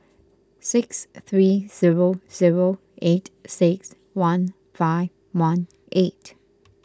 six three zero zero eight six one five one eight